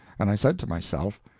and i said to myself,